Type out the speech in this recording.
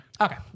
Okay